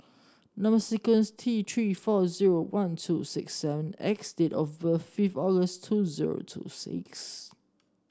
number sequence is T Three four zero one two six seven X and date of birth five August two zero two six